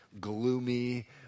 gloomy